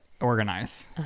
organize